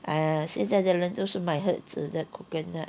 !aiya! 现在的人都是买盒子的 coconut